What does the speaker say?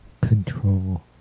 control